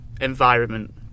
environment